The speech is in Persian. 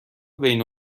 بین